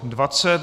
20.